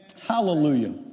Hallelujah